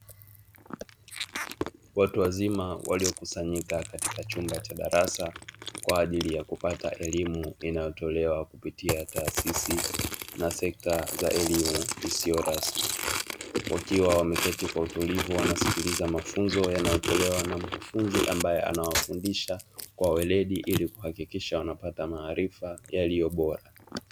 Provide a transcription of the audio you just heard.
Watu wazima waliokusanyika katika chumba cha darasa, kwa ajili ya kupata elimu inayotolewa kupitia taasisi na sekta za elimu isiyo rasmi, wakiwa wameketi kwa utulivu wanasikiliza mafunzo yanayotolewa na mkufunzi ambaye anawafundisha kwa weledi, ili kuhakikisha wanapata maarifa yaliyo bora.